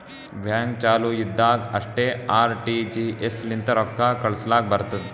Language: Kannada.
ಬ್ಯಾಂಕ್ ಚಾಲು ಇದ್ದಾಗ್ ಅಷ್ಟೇ ಆರ್.ಟಿ.ಜಿ.ಎಸ್ ಲಿಂತ ರೊಕ್ಕಾ ಕಳುಸ್ಲಾಕ್ ಬರ್ತುದ್